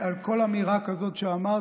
אני מתנצל על כל אמירה כזאת שאמרתי.